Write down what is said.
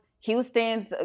Houston's –